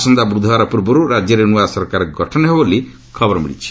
ଆସନ୍ତା ବୁଧବାର ପୂର୍ବରୁ ରାଜ୍ୟରେ ନୂଆ ସରକାର ଗଠନ ହେବ ବୋଲି ଖବର ମିଳିଛି